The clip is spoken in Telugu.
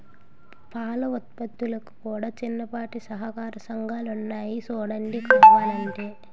పాల ఉత్పత్తులకు కూడా చిన్నపాటి సహకార సంఘాలున్నాయి సూడండి కావలంటే